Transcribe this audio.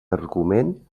argument